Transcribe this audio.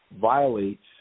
violates